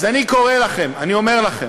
אז אני קורא לכם, אני אומר לכם,